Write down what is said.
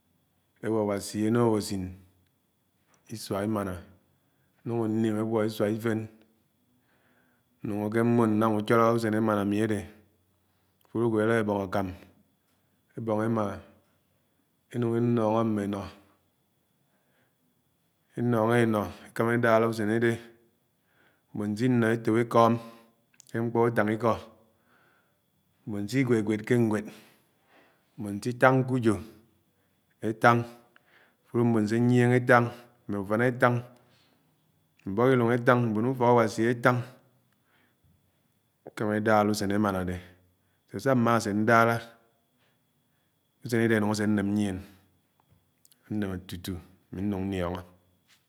ewó Áwásí ànóngo àsin isua emãnã ànúng anim̃ águo esúa mfén nungoke mmó nam̃ úchọlọ esuã emáná ami ade afúlõ ágwo elá ebóng àkám ebong emá enúng èkónó mmé enọ, enọnọ ènọ èkáma edàlá usé idẽ, mboñ se inọọ ètóp èkóm ké ñkpọ-utáng ikọ, m̃bòn sinwénwéd ke áwéd mbõn sitáng ké ùjo, etáng afúló mbon sìnyiénge èfañg mmé ufán etáng, mbọk ilúng ètang, mbón ùfókAwasi ètáng ekámá edãlã usén emáná adẽ. Saá mmã séndãlã úsén idé ànúng àsé áném nyìén, àném tútú ami núng nliongo.